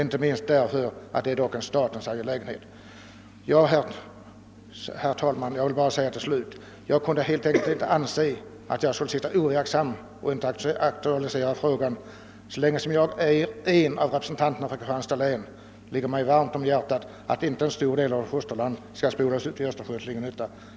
Detta är en statens angelägenhet. Jag har inte kunnat sitta overksam och underlåta att aktualisera denna fråga. Så länge jag är en av representanterna för Kristianstads län ligger det mig varmt om hjärtat att denna del av vårt fosterland icke spolas ut i Östersjön till ingen nytta.